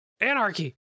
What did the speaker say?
Anarchy